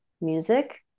music